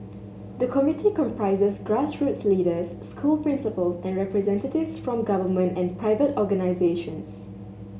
the committee comprises grassroots leaders school principal and representatives from government and private organisations